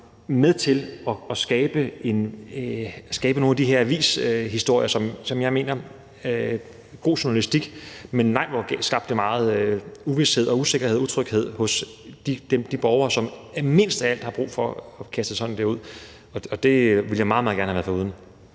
med til at skabe nogle af de her avishistorier, som, selv om det kan være god journalistik, skabte meget uvished og usikkerhed og utryghed hos de borgere, som mindst af alt har brug for det, og det ville jeg meget, meget gerne have været foruden.